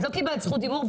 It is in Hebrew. את לא קיבלת זכות דיבור,